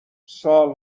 سال